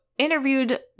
interviewed